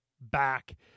back